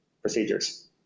procedures